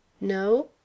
No